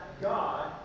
God